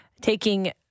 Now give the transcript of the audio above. Taking